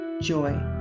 joy